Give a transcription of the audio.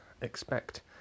expect